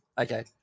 Okay